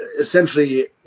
essentially